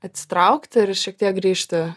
atsitraukti ir šiek tiek grįžti